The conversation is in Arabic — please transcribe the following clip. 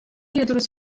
يدرس